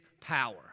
power